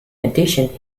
addition